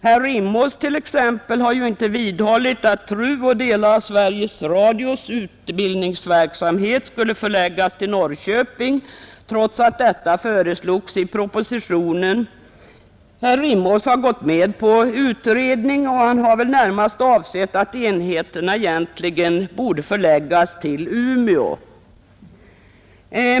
Herr Rimås t.ex. har ju inte vidhållit att TRU och delar av Sveriges Radios utbildningsverksamhet skall förläggas till Norrköping, trots att detta föreslogs i propositionen. Herr Rimås har gått med på utredning, och han har väl närmast avsett att enheterna egentligen borde förläggas till Umeå.